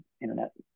internet